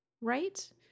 right